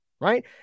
Right